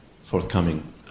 forthcoming